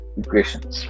equations